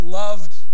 loved